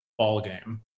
ballgame